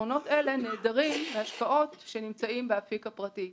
יתרונות אלה נעדרים מההשקעות באפיק הפרטי.